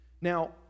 Now